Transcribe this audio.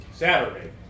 Saturday